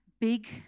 big